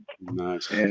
Nice